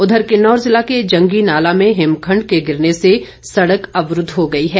उधर किन्नौर जिला के जंगी नाला में हिमखंड के गिरने से सड़क अवरूद्ध हो गई है